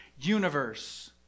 universe